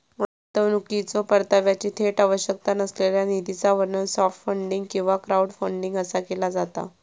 गुंतवणुकीच्यो परताव्याची थेट आवश्यकता नसलेल्या निधीचा वर्णन सॉफ्ट फंडिंग किंवा क्राऊडफंडिंग असा केला जाता